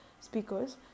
speakers